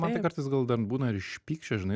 man tai kartais gal dar būna ir iš pykčio žinai